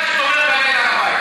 אין אף אחד שתומך בעלייה להר-הבית.